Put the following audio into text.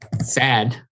sad